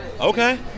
Okay